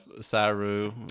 Saru